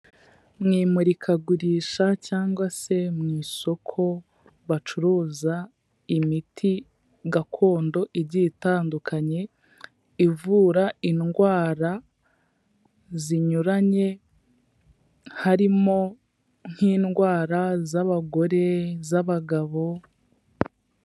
Mu imurikagurisha cyangwa se mu isoko bacuruza imiti gakondo igiye itandukanye, ivura indwara zinyuranye, harimo nk'indwara z'abagore, iz'abagabo.